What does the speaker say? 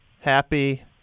happy